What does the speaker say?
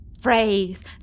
phrase